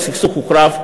הסכסוך הוחרף,